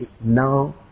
now